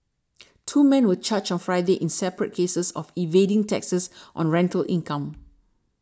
two man were charged on Friday in separate cases of evading taxes on rental income